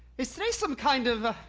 is today some kind of,